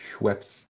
Schweppes